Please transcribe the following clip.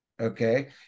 okay